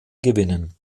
gewinnen